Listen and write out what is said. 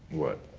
what?